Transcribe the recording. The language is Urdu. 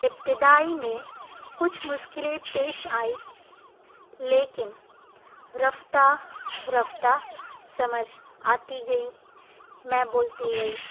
ابتدائی میں کچھ مشکلیں پیش آئیں لیکن رفتہ رفتہ سمجھ آتی گئی میں بولتی گئی